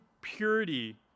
purity